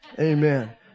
Amen